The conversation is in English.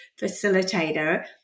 facilitator